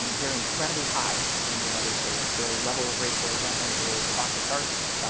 they're incredibly high in the united states. the level of racial resentment is off the charts.